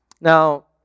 Now